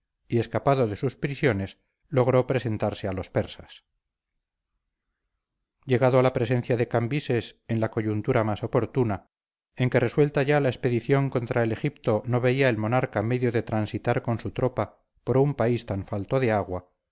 y escapado de sus prisiones logró presentarse a los persas llegado a la presencia de cambises en la coyuntura más oportuna en que resuelta ya la expedición contra el egipto no veía el monarca medio de transitar con su tropa por un país tan falto de agua